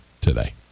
today